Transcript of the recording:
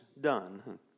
done